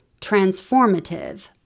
transformative